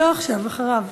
לא עכשיו, אחריו.